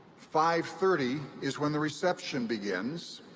five thirty is when the reception begins.